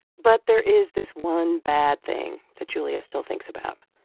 but there is this one bad thing that julia still thinks about.